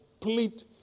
complete